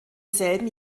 selben